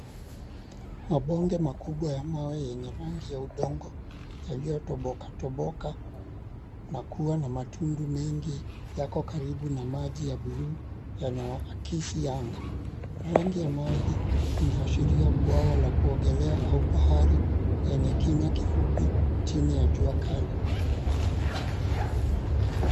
Mabonge makubwa ya mawe yenye rangi ya udongo yaliyotoboka toboka na kuwa na matundu mengi yako karibu na maji ya buluu yanayoakisi anga. Rangi ya maji inaashiria bwawa la kuogelea au bahari yenye kina kifupi chini ya jua kali.